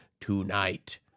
tonight